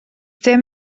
dim